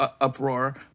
uproar